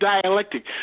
dialectic